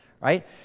right